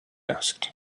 asked